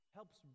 Helps